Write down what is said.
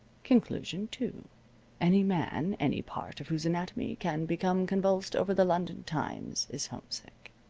conclusion two any man, any part of whose anatomy can become convulsed over the london times is homesick.